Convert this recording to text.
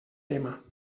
tema